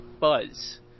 buzz